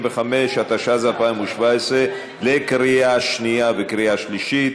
55), התשע"ז 2017, לקריאה שנייה וקריאה שלישית.